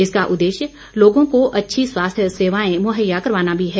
इसका उद्देश्य लोगों को अच्छी स्वास्थ्य सेवाएं मुहैया करवाना भी है